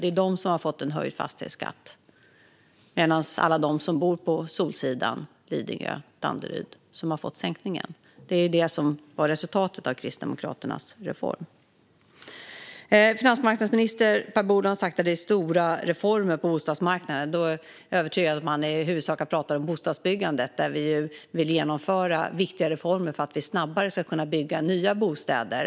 Det är de som har fått en höjd fastighetsskatt, medan alla de som bor på solsidan i Lidingö och Danderyd har fått en sänkning. Det var det som blev resultatet av Kristdemokraternas reform. Finansmarknadsminister Per Bolund har sagt att det blir stora reformer på bostadsmarknaden. Jag är övertygad om att han då i huvudsak talar om bostadsbyggandet, där vi vill genomföra viktiga reformer för att vi snabbare ska kunna bygga nya bostäder.